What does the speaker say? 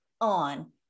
on